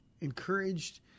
encouraged